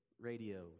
radio